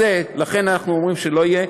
לכן אנחנו אומרים שלא יהיה,